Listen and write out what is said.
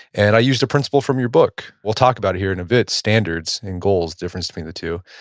and i used the principle from your book. we'll talk about it here in a bit, standards and goals. difference between the two.